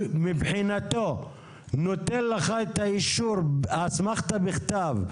מבחינתו הוא נותן לך את האישור אסמכתא בכתב,